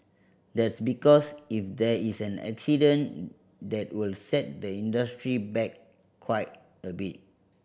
that's because if there is an accident that will set the industry back quite a bit